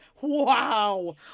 wow